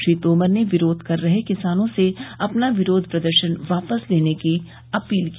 श्री तोमर ने विरोध कर रहे किसानों से अपना विरोध प्रदर्शन वापस लेने की अपील की